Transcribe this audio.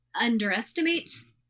underestimates